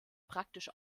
praktisch